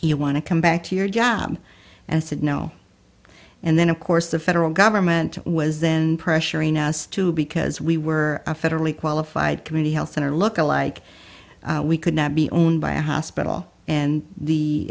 you want to come back to your job and i said no and then of course the federal government was then pressuring us to because we were a federally qualified community health center look alike we could not be owned by a hospital and the